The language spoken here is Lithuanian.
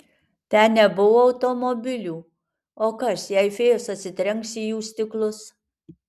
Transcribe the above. ten nebuvo automobilių o kas jei fėjos atsitrenks į jų stiklus